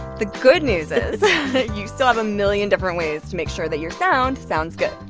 the good news is you still have a million different ways to make sure that your sound sounds good.